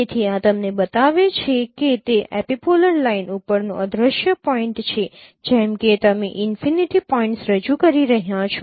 તેથી આ તમને બતાવે છે કે તે એપિપોલર લાઇન ઉપરનો અદ્રશ્ય પોઈન્ટ છે જેમ કે તમે ઈનફિનિટી પોઇન્ટ્સ રજૂ કરી રહ્યા છો